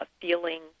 feeling